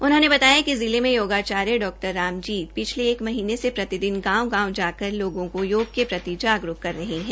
उन्होंने बताया कि जिले में योगाचार्य डॉ रामजीत पिछले एक महीने से प्रतिदिन गांव गांव जाकर लोगों को योग के प्रति जागरूक कर रहे हैं